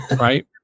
right